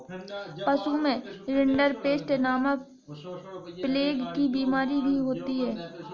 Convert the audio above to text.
पशुओं में रिंडरपेस्ट नामक प्लेग की बिमारी भी होती है